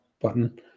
button